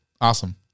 Awesome